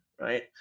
right